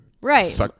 right